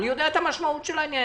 אני יודע את המשמעות של העניין.